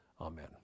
Amen